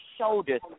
shoulders